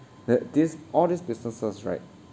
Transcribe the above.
that these all these businesses right